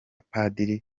padiri